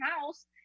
house